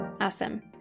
Awesome